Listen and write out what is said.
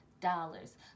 dollars